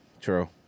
true